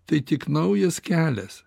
tai tik naujas kelias